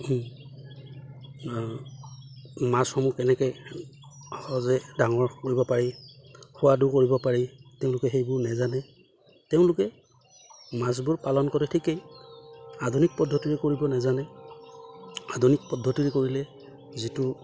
মাছসমূহ কেনেকৈ সহজে ডাঙৰ কৰিব পাৰি সোৱাদো কৰিব পাৰি তেওঁলোকে সেইবোৰ নাজানে তেওঁলোকে মাছবোৰ পালন কৰে ঠিকেই আধুনিক পদ্ধতিৰে কৰিব নাজানে আধুনিক পদ্ধতিৰে কৰিলে যিটো